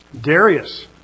Darius